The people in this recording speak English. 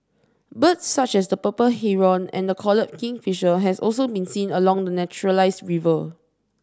birds such as the purple Heron and the collared kingfisher have also been seen along the naturalised river